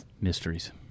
Mysteries